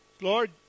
Lord